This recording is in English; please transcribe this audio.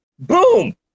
Boom